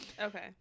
Okay